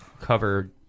cover